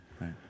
right